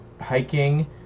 hiking